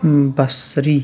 بصری